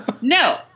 No